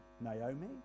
Naomi